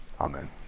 Amen